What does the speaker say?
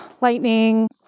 lightning